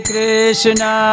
Krishna